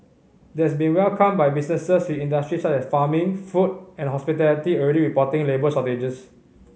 that's been welcomed by businesses with industries such as farming food and hospitality already reporting labour shortages